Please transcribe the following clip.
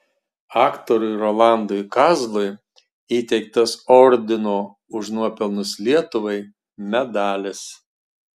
aktoriui rolandui kazlui įteiktas ordino už nuopelnus lietuvai medalis